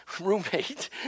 roommate